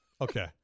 Okay